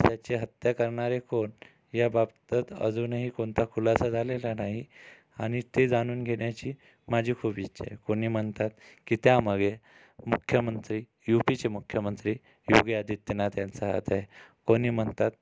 त्याची हत्या करणारे कोण याबाबतत अजूनही खुलासा झालेला नाही आणि ते जाणून घेण्याची माझी खूप इच्छा आहे कोणी म्हणतात की त्यामागे मुख्यमंत्री यू पीचे मुख्यमंत्री योगी आदित्यनाथ यांचा हात आहे कोणी म्हणतात